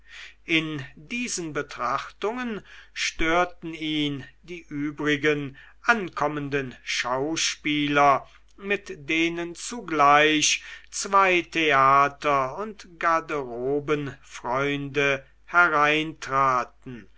in diesen betrachtungen störten ihn die übrigen ankommenden schauspieler mit denen zugleich zwei theater und garderobenfreunde hereintraten